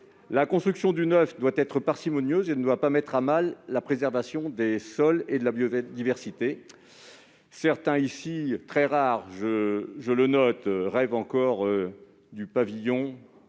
doit se faire de façon parcimonieuse et ne doit pas mettre à mal la préservation des sols et de la biodiversité. Certains ici- très rares, je le concède -rêvent encore du pavillon